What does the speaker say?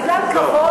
בגלל כבוד,